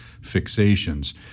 fixations